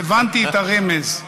הבנתי את הרמז.